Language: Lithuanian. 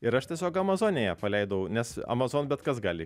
ir aš tiesiog amazone ją paleidau nes amazon bet kas gali